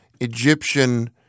Egyptian